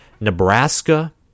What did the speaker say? Nebraska